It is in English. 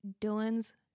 Dylan's